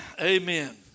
Amen